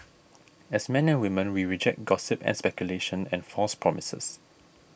as men and women we reject gossip and speculation and false promises